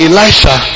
Elisha